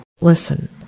Listen